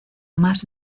más